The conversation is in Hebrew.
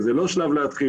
לא מאיזה שלב להתחיל,